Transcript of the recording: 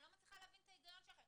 אני לא מצליחה להבין את ההיגיון שלכם.